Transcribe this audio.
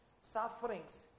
sufferings